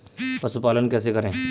पशुपालन कैसे करें?